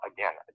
Again